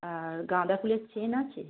আর গাঁদা ফুলের চেইন আছে